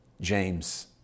James